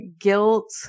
guilt